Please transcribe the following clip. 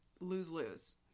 lose-lose